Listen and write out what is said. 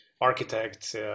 architect